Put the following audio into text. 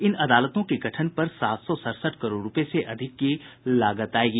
इन अदालतों के गठन पर सात सौ सड़सठ करोड़ रूपए से अधिक की लागत आएगी